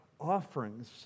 offerings